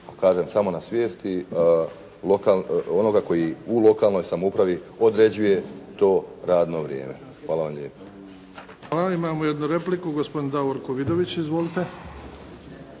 kažem samo na svijesti onoga koji u lokalnoj samoupravi određuje to radno vrijeme. Hvala vam lijepo. **Bebić, Luka (HDZ)** Hvala. Imamo jednu repliku, gospodin Davorko Vidović. Izvolite.